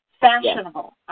Fashionable